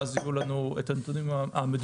ואז יהיו לנו נתונים מדויקים.